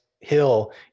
hill